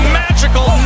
magical